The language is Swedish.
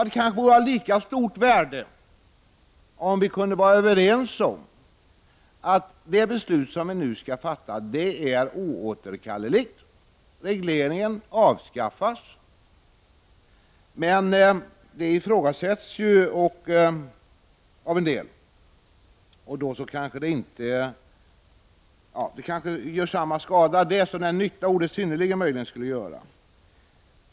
Det kanske vore av lika stort värde om vi kunde vara överens om att det beslut som vi nu skall fatta är oåterkalleligt. Regleringen avskaffas. Men det ifrågasätts av en del. Det kanske gör samma skada som den nytta ordet synnerligen möjligen skulle göra.